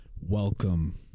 Welcome